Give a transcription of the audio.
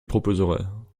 proposerais